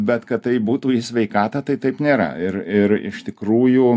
bet kad tai būtų į sveikatą tai taip nėra ir ir iš tikrųjų